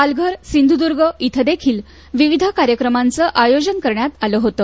पालघर सिंधूद्ग इथं देखील विविध कार्यक्रमांचं आयोजन करण्यात आलं होतं